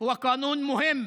להלן תרגומם: